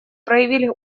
проявили